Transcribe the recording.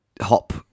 hop